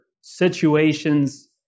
situations